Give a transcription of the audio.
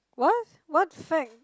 what what fact